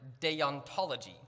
deontology